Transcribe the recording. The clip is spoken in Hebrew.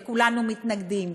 וכולנו מתנגדים,